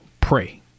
pray